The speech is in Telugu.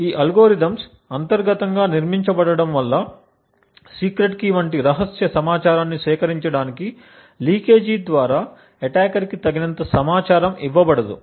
ఈ అల్గోరిథమ్స్ అంతర్గతంగా నిర్మించబడటం ద్వారా సీక్రెట్ కీ వంటి రహస్య సమాచారాన్ని సేకరించడానికి లీకేజీ ద్వారా అటాకర్ కి తగినంత సమాచారం ఇవ్వబడదు